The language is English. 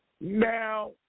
Now